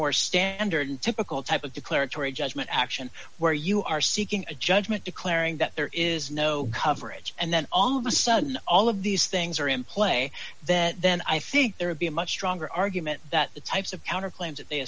more standard typical type of declaratory judgment action where you are seeking a judgement declaring that there is no coverage and then all of a sudden all of these things are in play that then i think there would be a much stronger argument that the types of counter claims th